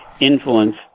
influence